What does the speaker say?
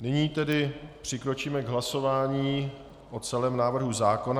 Nyní tedy přikročíme k hlasování o celém návrhu zákona.